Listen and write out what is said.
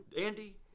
Andy